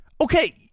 Okay